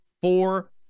four